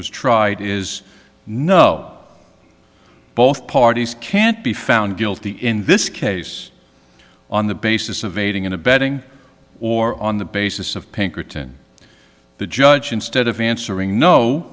was tried is no both parties can't be found guilty in this case on the basis of aiding and abetting or on the basis of pinkerton the judge instead of answering no